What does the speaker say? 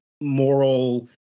moral